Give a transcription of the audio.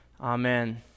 Amen